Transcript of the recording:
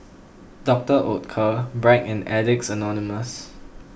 Doctor Oetker Bragg and Addicts Anonymous